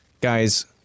guys